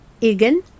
Egan